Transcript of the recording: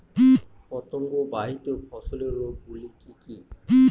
পতঙ্গবাহিত ফসলের রোগ গুলি কি কি?